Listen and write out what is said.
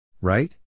Right